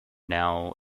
now